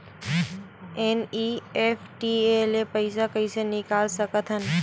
NEFT ले पईसा कइसे निकाल सकत हन?